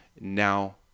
Now